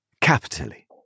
capitally